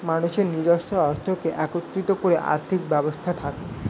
মানুষের নিজস্ব অর্থকে একত্রিত করে আর্থিক ব্যবস্থা থাকে